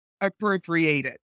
appropriated